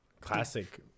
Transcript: Classic